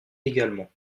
également